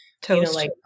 Toast